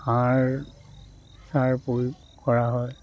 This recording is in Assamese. সাৰ সাৰ প্ৰয়োগ কৰা হয়